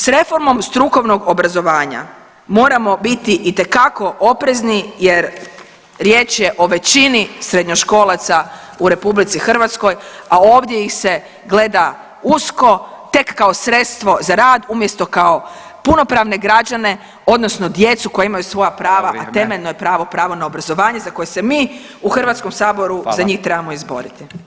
S reformom strukovnog obrazovanja moramo biti itekako oprezni jer riječ je o većini srednjoškolaca u RH, a ovdje ih se gleda usko, tek kao sredstvo za rad, umjesto kao punopravne građane, odnosno djecu koja imaju svoja prava [[Upadica: Hvala, vrijeme.]] a temeljno je pravo, pravo na obrazovanje za koje se mi u HS-u za njih trebamo [[Upadica: Hvala.]] izboriti.